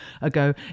ago